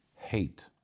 hate